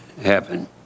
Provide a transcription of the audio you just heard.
happen